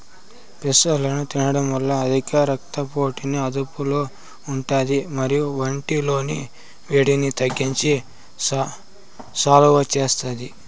పెసలను తినడం వల్ల అధిక రక్త పోటుని అదుపులో ఉంటాది మరియు ఒంటి లోని వేడిని తగ్గించి సలువ చేస్తాది